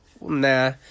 Nah